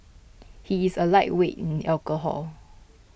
he is a lightweight in alcohol